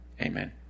Amen